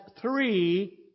three